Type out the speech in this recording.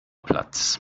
platz